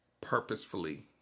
purposefully